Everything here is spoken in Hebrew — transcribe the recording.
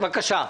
בבקשה.